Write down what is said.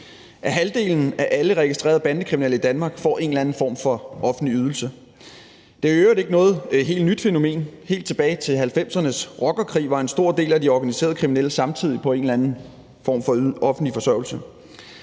at halvdelen af alle registrede bandekriminelle i Danmark får en eller anden form for offentlig ydelse. Det er i øvrigt ikke noget helt nyt fænomen. Helt tilbage i 1990'ernes rockerkrig var en stor del af de organiserede kriminelle samtidig på en eller anden form for offentlig forsørgelse.